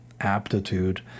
aptitude